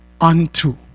unto